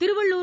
Tiruvallur